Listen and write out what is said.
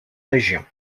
région